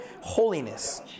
holiness